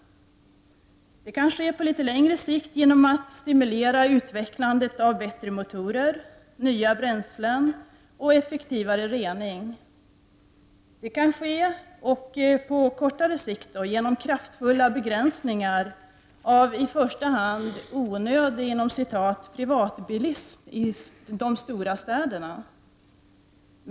Detta kan ske på litet längre sikt genom att stimulera utvecklandet av bättre motorer, nya bränslen och effektivare rening. På kortare sikt kan det ske genom kraftfulla begränsningar av i första hand ”onödig” privatbilism i de stora städerna.